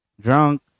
drunk